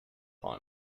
upon